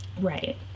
Right